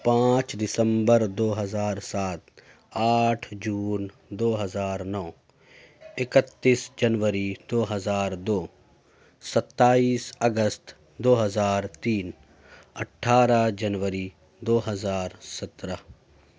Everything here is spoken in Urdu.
پانچ دسمبر دو ہزار سات آٹھ جون دو ہزار نو اکتیس جنوری دو ہزار دو ستائیس اگست دو ہزار تین اٹھارہ جنوری دو ہزار سترہ